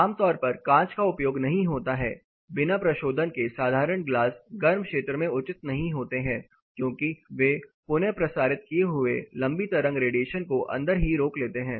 आम तौर पर कांच का उपयोग नहीं होता है बिना प्रशोधन के साधारण ग्लास गर्म क्षेत्र में उचित नहीं होते हैं क्योंकि वे पुन प्रसारित किए हुए लंबी तरंग रेडिएशन को अंदर ही रोक लेते हैं